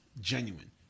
genuine